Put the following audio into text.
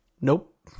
Nope